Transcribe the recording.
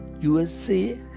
USA